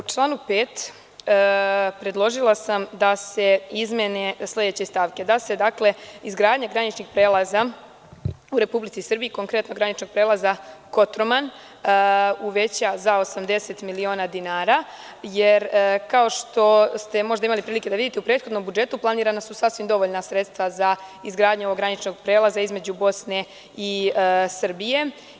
U članu 5. predložila sam da se izmene sleće stavke: da se izgradnja graničnih prelaza u Republici Srbiji, konkretno graničnog prelaza Kotroman, uveća za 80 miliona dinara, jer kao što ste možda imali prilike da vidite u prethodnom budžetu planirana su sasvim dovoljna sredstva za izgradnju ovog graničnog prelaza između Bosne i Srbije.